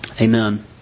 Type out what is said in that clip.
Amen